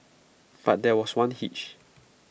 but there was one hitch